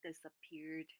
disappeared